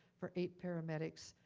for eight paramedics,